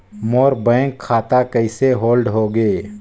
मोर bank खाता कइसे hold होगे?